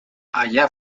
allá